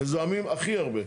וזועמים הכי הרבה.